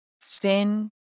sin